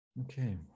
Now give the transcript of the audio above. Okay